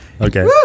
Okay